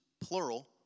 plural